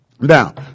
now